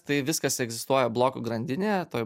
tai viskas egzistuoja blokų grandinėje toj